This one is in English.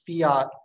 fiat